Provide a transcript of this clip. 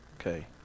Okay